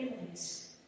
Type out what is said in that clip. families